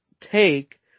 take